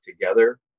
together